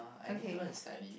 okay